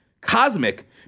Cosmic